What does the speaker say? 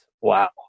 Wow